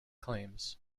claims